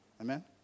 Amen